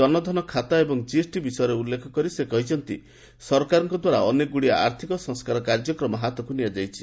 ଜନଧନ ଖାତା ଏବଂ ଜିଏସ୍ଟି ବିଷୟରେ ଉଲ୍ଲେଖ କରି ସେ କହିଛନ୍ତି ସରକାରଙ୍କ ଦ୍ୱାରା ଅନେକଗୁଡ଼ିଏ ଆର୍ଥିକ ସଂସ୍କାର କାର୍ଯ୍ୟକ୍ରମ ହାତକୁ ନିଆଯାଇଛି